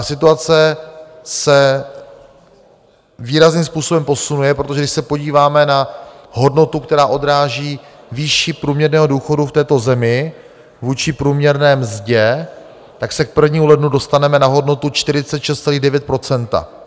Situace se výrazným způsobem posunuje, protože když se podíváme na hodnotu, která odráží výši průměrného důchodu v této zemi vůči průměrné mzdě, tak se k 1. lednu dostaneme na hodnotu 46,9 %.